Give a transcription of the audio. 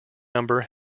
number